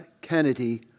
Kennedy